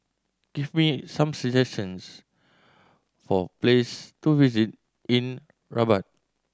give me some suggestions for place to visit in Rabat